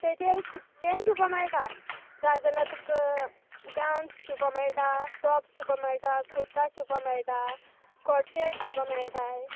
तेचेर कितेंय शिवपा मेळटा जाय जाल्यार तूक गावन शिवपाक मेळटा टॉप शिवपा मेळटा कुर्ता शिवपा मेळटा कुओर्ड सेट शिवपा मेळटाय